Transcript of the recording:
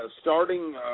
starting